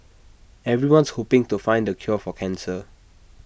everyone's hoping to find the cure for cancer